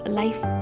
life